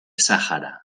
sahara